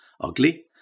ugly